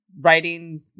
writing